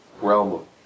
realm